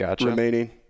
remaining